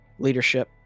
leadership